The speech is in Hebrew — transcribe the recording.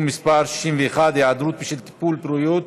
מס' 61) (היעדרות בשל טיפולי פוריות),